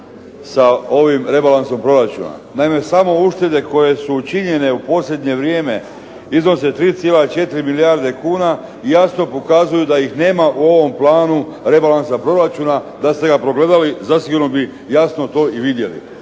sa ovim rebalansom proračuna. Naime samo uštede koje su učinjene u posljednje vrijeme iznose 3,4 milijarde kuna i jasno pokazuju da ih nema u ovom planu rebalansa proračuna, da ste ga pogledali zasigurno bi jasno to i vidjeli.